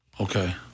Okay